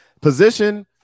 position